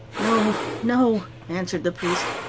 no, no answered the priest,